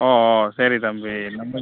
ஓ ஓ சரி தம்பி நம்ம